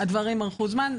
הדברים ארכו זמן.